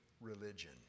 religion